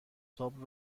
تاپ